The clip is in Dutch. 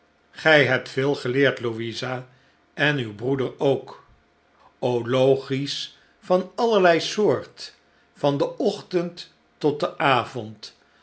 gij hebt veel geleerd louisa en uw breeder ook ologies van allerlei soort van den ochtend tot den avond